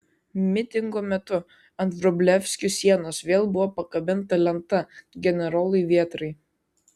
mitingo metu ant vrublevskių sienos vėl buvo pakabinta lenta generolui vėtrai